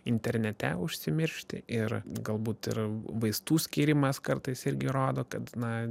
internete užsimiršti ir galbūt ir vaistų skyrimas kartais irgi rodo kad na